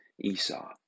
Esau